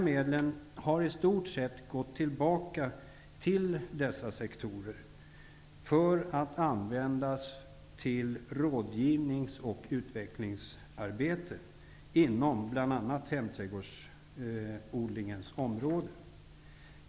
Medlen har i stort sett gått tillbaka till dessa sektorer för att användas till rådgivnings och utvecklingsarbete inom bl.a.